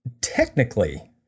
technically